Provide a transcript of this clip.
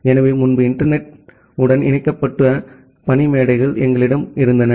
எனவே முன்பு இன்டர்நெட் த்துடன் இணைக்கப்பட்ட பணிமேடைகள் எங்களிடம் இருந்தன